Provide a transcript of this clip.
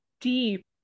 deep